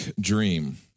dream